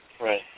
Right